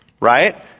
right